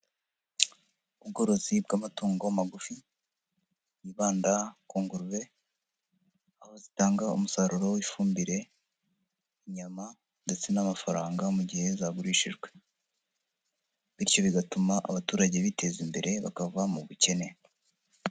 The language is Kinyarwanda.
Ubworozi bw'amatungo magufi, bwibanda ku ngurube, aho zitanga umusaruro w'ifumbire, inyama, ndetse n'amafaranga mu gihe zagurishijwe. Bityo bigatuma abaturage biteza, imbere bakava mu bukene.